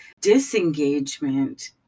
disengagement